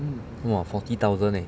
!wah! forty thousand eh